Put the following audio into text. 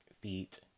feet